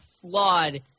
flawed